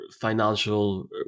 financial